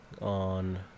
on